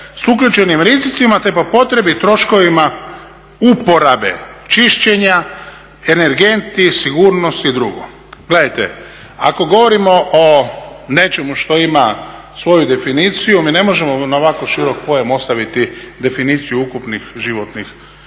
s uključenim rizicima te po potrebi troškovima uporabe čišćenja, energenti, sigurnost i drugo. Gledajte, ako govorimo o nečemu što ima svoju definiciju mi ne možemo na ovako širok pojam ostaviti definiciju ukupnih životnih